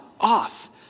off